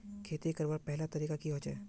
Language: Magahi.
खेती करवार पहला तरीका की होचए?